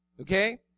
okay